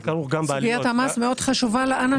סוגיית המס מאוד חשובה לאנשים.